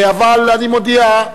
אבל אני מודיע,